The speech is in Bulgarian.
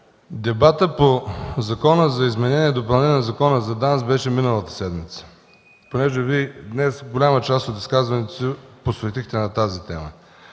Дебатът по Закона за изменение и допълнение на Закона за ДАНС беше миналата седмица, понеже Вие днес голяма част от изказването си посветихте на тази тема.